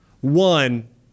one